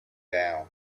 down